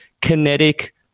kinetic